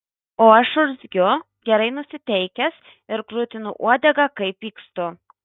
o aš urzgiu gerai nusiteikęs ir krutinu uodegą kai pykstu